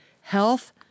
health